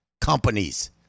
companies